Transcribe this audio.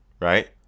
right